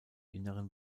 inneren